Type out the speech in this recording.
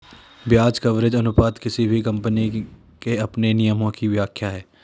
ब्याज कवरेज अनुपात किसी भी कम्पनी के अपने नियमों की व्याख्या है